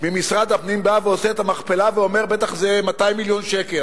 ממשרד הפנים בא ועושה את המכפלה ואומר: בטח זה 200 מיליון שקל,